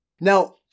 Now